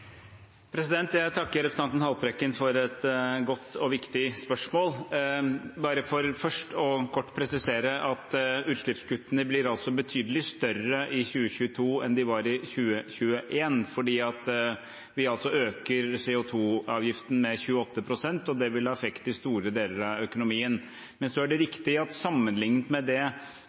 Jeg takker representanten Haltbrekken for et godt og viktig spørsmål. Jeg vil først kort presisere at utslippskuttene blir betydelig større i 2022 enn de var i 2021, fordi vi øker CO 2 -avgiften med 28 pst., og det vil ha effekt i store deler av økonomien. Så er det riktig at sammenliknet med det